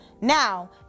now